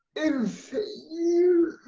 if you